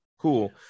cool